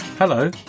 Hello